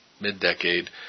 mid-decade